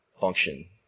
function